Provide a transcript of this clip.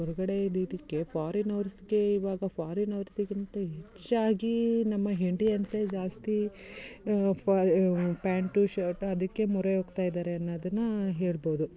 ಹೊರಗಡೆ ಇದ್ದಿದಕ್ಕೆ ಫಾರಿನೋರ್ಸಿಗೆ ಇವಾಗ ಫಾರಿನರ್ಸಿಗಿಂತ ಹೆಚ್ಚಾಗಿ ನಮ್ಮ ಇಂಡಿಯನ್ಸೆ ಜಾಸ್ತಿ ಪ್ಯಾಂಟು ಶರ್ಟು ಅದಕ್ಕೆ ಮೊರೆ ಹೋಗ್ತಾಯಿದ್ದಾರೆ ಅನ್ನೋದನ್ನು ಹೇಳ್ಬೋದು